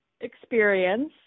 experience